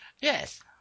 Yes